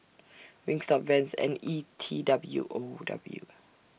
Wingstop Vans and E T W O W